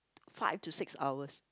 five to six hours